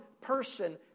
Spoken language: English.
person